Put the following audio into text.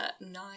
Nine